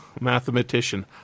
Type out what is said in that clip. mathematician